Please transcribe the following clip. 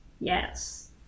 Yes